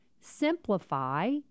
simplify